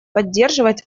поддерживать